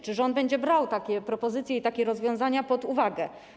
Czy rząd będzie brał takie propozycje i takie rozwiązania pod uwagę?